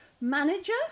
manager